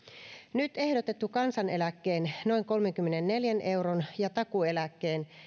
nyt ehdotettu kansaneläkkeen noin kolmenkymmenenneljän euron ja takuueläkkeen